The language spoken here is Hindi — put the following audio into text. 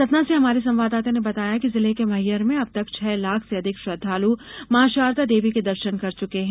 सतना से हमारे संवाददाता ने बताया है जिले के मैहर में अब तक छह लाख से अधिक श्रद्वालु मां शारदा देवी के दर्शन कर चुके हैं